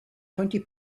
twenty